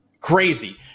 crazy